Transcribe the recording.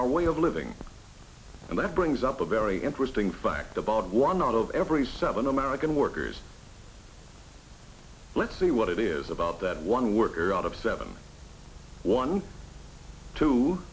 our way of living and that brings up a very interesting fact about one out of every seven american workers let's see what it is about that one worker out of seven one two